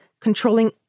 controlling